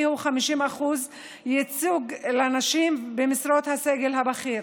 הוא 50% ייצוג לנשים במשרות הסגל הבכיר.